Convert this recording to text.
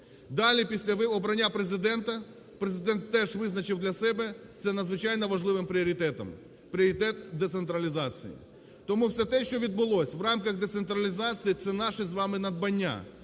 Далі, після обрання Президента, Президент теж визначив для себе це надзвичайно важливим пріоритетом - пріоритет децентралізації. Тому все те, що відбулося в рамках децентралізації, - це наші з вами надбання: